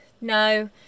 no